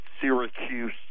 Syracuse